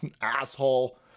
Asshole